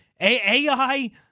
AI